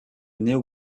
néo